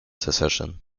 secession